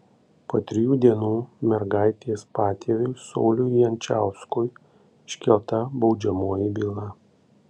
po trijų dienų mergaitės patėviui sauliui jančiauskui iškelta baudžiamoji byla